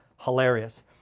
hilarious